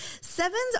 Sevens